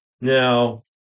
now